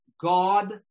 God